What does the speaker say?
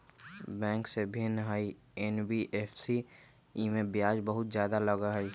Bank से भिन्न हई एन.बी.एफ.सी इमे ब्याज बहुत ज्यादा लगहई?